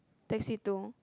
taxi two